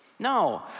No